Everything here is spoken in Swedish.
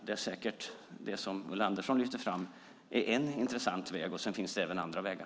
Det som Ulla Andersson lyfter fram är säkert en intressant väg, och sedan finns det även andra vägar.